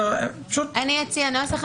אני אציע נוסח.